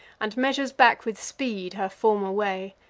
and measures back with speed her former way.